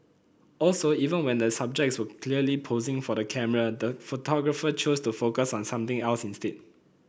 also even when the subjects were clearly posing for the camera the photographer chose to focus on something else instead